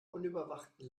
unüberwachten